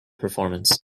performance